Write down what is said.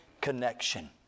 connection